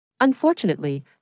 Unfortunately